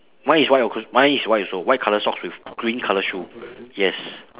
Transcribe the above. mine is white also mine is white also white colour socks with green colour shoe yes